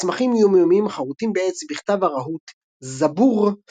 ומסמכים יומיומיים חרוטים בעץ בכתב הרהוט "זבור",